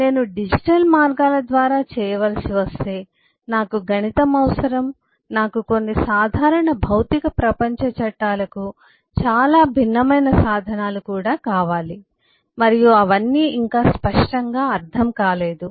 నేను డిజిటల్ మార్గాల ద్వారా చేయవలసి వస్తే నాకు గణితం అవసరం నాకు కొన్ని సాధారణ భౌతిక ప్రపంచ చట్టాలకు చాలా భిన్నమైన సాధనాలు కావాలి మరియు అవన్నీ ఇంకా స్పష్టంగా అర్థం కాలేదు